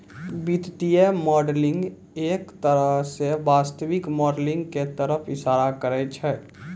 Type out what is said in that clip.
वित्तीय मॉडलिंग एक तरह स वास्तविक मॉडलिंग क तरफ इशारा करै छै